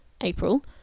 April